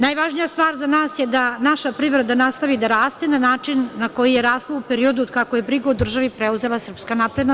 Najvažnija stvar za nas je da naša privreda nastavi da raste na način na koji je rasla u periodu od kako je brigu o državi preuzela SNS.